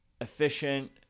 efficient